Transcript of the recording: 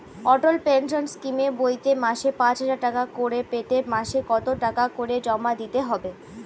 অটল pension স্কিমের বইতে মাসে পাঁচ হাজার টাকা করে পেতে মাসে কত টাকা করে জমা দিতে হবে?